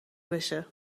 بشه